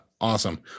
Awesome